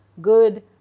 good